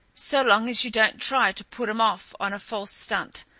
so long as you don't try to put em off on a false stunt,